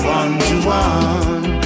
one-to-one